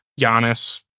Giannis